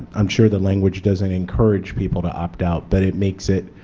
i'm sure the language doesn't encourage people to about but it makes it,